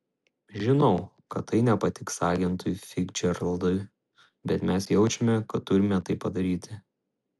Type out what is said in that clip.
žinau kad tai nepatiks agentui ficdžeraldui bet mes jaučiame kad turime tai padaryti